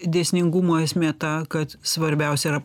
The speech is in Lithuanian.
dėsningumo esmė ta kad svarbiausia yra